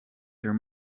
there